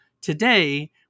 Today